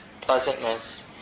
pleasantness